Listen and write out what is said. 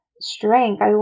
Strength